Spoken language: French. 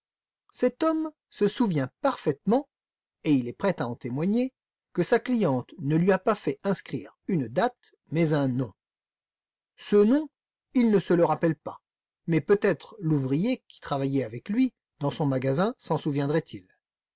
cet homme se souvient parfaitement et il est prêt à en témoigner que sa cliente ne lui a pas fait inscrire une date mais un nom ce nom il ne se le rappelle pas mais peut-être l'ouvrier qui travaillait avec lui dans son magasin s'en